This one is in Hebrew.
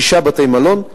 שישה בתי-מלון,